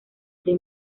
the